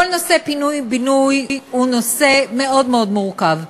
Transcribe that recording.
נושא פינוי-בינוי הוא נושא מאוד מאוד מורכב.